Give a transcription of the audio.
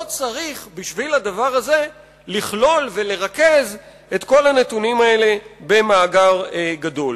לא צריך בשביל הדבר הזה לכלול ולרכז את כל הנתונים האלה במאגר גדול.